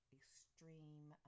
extreme